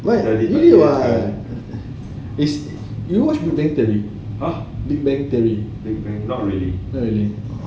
why really [what] you watch big bang theory big bang theory not really